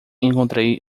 encontrei